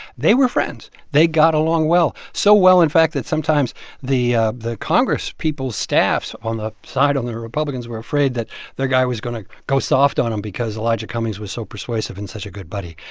they were friends. they got along well, so well, in fact, that sometimes the ah the congresspeople's staffs on the side on the republicans were afraid that their guy was going to go soft on him because elijah cummings was so persuasive and such a good buddy.